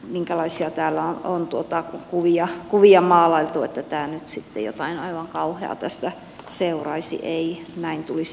vaikka täällä on sellaisia kuvia maalailtu että nyt sitten jotain aivan kauheaa tästä seuraisi ei näin tulisi tapahtumaan